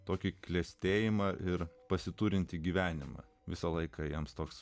tokį klestėjimą ir pasiturintį gyvenimą visą laiką jiems toks